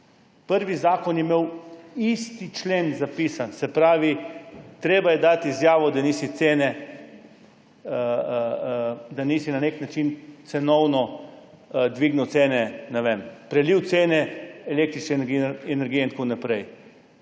Prvi zakon je imel zapisan isti člen, se pravi, treba je dati izjavo, da nisi na nek način cenovno dvignil cene, ne vem, prelil cene električne energije in tako naprej.